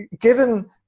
given